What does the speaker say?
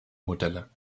modelle